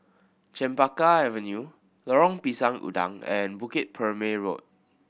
Chempaka Avenue Lorong Pisang Udang and Bukit Purmei Road